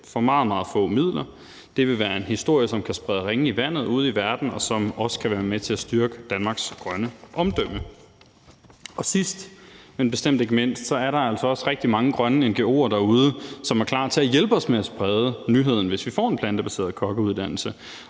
meget få midler. Det vil være en historie, som kan sprede ringe i vandet ude i verden, og som også kan være med til at styrke Danmarks grønne omdømme. Sidst, men bestemt ikke mindst, er der altså også rigtig mange grønne ngo'er derude, som er klar til at hjælpe os med at sprede nyheden, hvis vi får en plantebaseret kokkeuddannelse